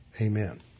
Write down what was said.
Amen